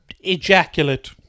ejaculate